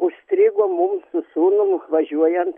užstrigo mum su sūnum važiuojant